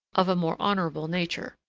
of a more honorable nature.